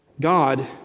God